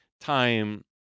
time